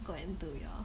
go and do your